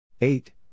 Eight